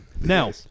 Now